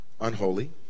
unholy